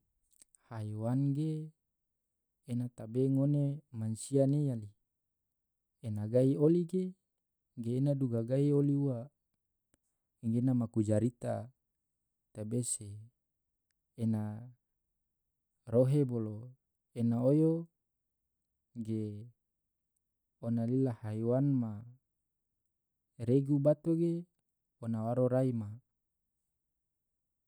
haiwan ge ena tabe ngone mansia ne yali ena gai oli ge. ge ena duga gahi oli ua gena maku jarita tabe se ena rohe bolo ena oyo ge ona lila haiwan ma regu bato ge ona waro rai ma.